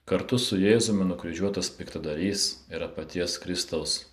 kartu su jėzumi nukryžiuotas piktadarys yra paties kristaus